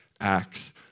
acts